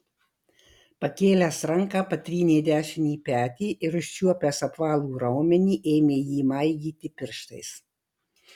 pakėlęs ranką patrynė dešinį petį ir užčiuopęs apvalų raumenį ėmė jį maigyti pirštais